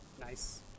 Nice